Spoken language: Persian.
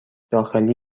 داخلی